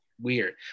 weird